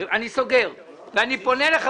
אני נועל את הישיבה.